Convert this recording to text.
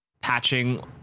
patching